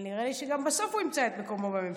אבל נראה לי שבסוף גם הוא ימצא את מקומו בממשלה.